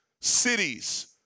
cities